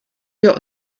wir